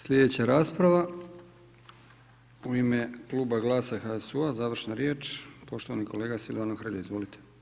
Sljedeća rasprava u ime kluba GLAS-a i HSU-a završna riječ, poštovani kolega Silvano Hrelja, izvolite.